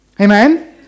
Amen